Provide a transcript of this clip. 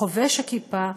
חובש הכיפה,